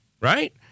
Right